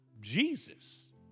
Jesus